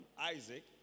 Isaac